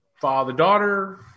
father-daughter –